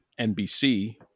NBC